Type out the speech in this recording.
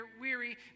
weary